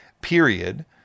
period